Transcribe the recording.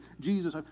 Jesus